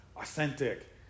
Authentic